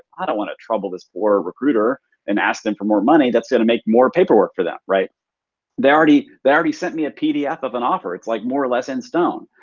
i don't wanna trouble this poor recruiter and ask them for more money. that's gonna make more paperwork for them. they already they already sent me a pdf of an offer. it's like more or less in stone.